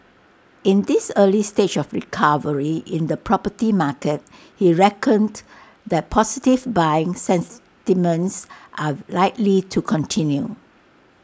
in this early stage of recovery in the property market he reckoned that positive buying sentiments are likely to continue